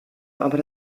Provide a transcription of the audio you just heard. aber